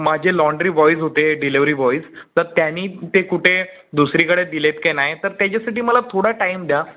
माझे laundry boys होते delivery boys तर त्यानी ते कुठे दुसरीकडे दिलेत की नाही तर त्याच्यासाठी मला थोडा टाईम द्या